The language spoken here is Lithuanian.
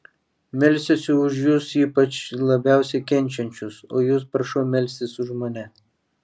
melsiuosi už jus ypač labiausiai kenčiančius o jūs prašau melstis už mane